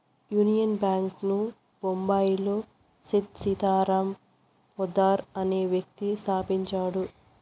union bank ను బొంబాయిలో సేథ్ సీతారాం పోద్దార్ అనే వ్యక్తి స్థాపించాడు